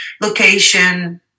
location